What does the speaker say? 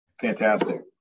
fantastic